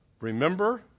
Remember